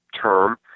term